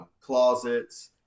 Closets